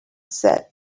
said